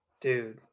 Dude